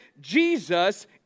Jesus